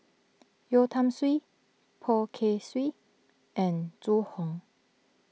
Yeo Tiam Siew Poh Kay Swee and Zhu Hong